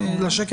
הנתון